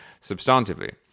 substantively